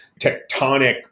tectonic